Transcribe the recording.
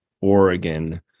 Oregon